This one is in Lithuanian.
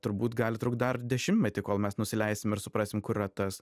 turbūt gali trukt dar dešimtmetį kol mes nusileisim ir suprasim kur yra tas